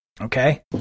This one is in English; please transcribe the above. Okay